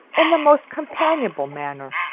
in the most companionable manner.